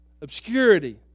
Obscurity